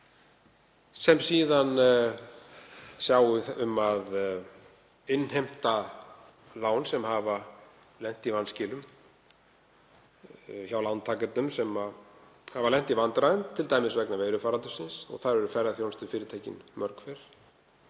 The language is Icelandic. sem síðan sjái um að innheimta lán sem hafa lent í vanskilum hjá lántakendum sem hafa lent í vandræðum, t.d. vegna faraldursins, og það eru ferðaþjónustufyrirtækin mörg hver,